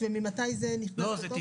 אם זה באמת